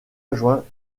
adjoint